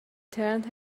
turned